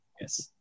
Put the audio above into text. Yes